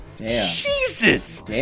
Jesus